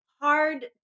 Hard